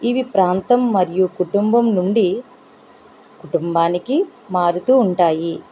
ఇవి ప్రాంతం మరియు కుటుంబం నుండి కుటుంబానికి మారుతు ఉంటాయి